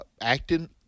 acting